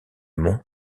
mont